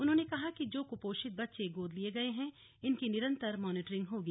उन्होंने कहा कि जो क्पोषित बच्चे गोद लिये गये हैं इनकी निरंतर मॉनिटरिंग होगी